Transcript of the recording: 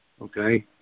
okay